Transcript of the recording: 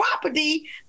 property